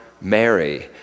Mary